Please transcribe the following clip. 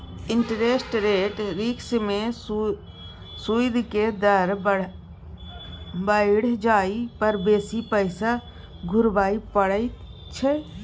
interest rate risk में सूइद के दर बइढ़ जाइ पर बेशी पैसा घुरबइ पड़इ छइ